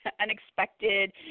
unexpected